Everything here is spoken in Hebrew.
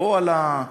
או על,